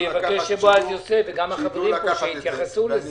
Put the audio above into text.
בועז יוסף והחברים כאן יתייחסו לזה.